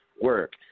work